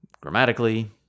grammatically